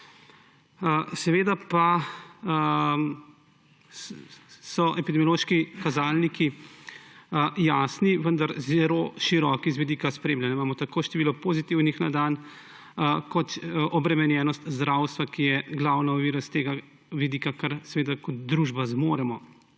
Seveda so epidemiološki kazalniki jasni, vendar zelo široki z vidika spremljanja, imamo tako število pozitivnih na dan kot obremenjenost zdravstva, ki je glavna ovira s tega vidika, kar kot družba zmoremo.